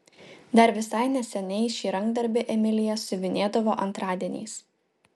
dar visai neseniai šį rankdarbį emilija siuvinėdavo antradieniais